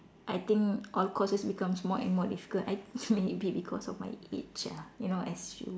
I think all courses becomes more and more difficult I maybe because because of my age ah you know as you